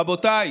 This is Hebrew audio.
רבותיי,